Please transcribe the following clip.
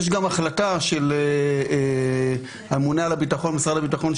החלטה של הממונה על הביטחון במשרד הביטחון,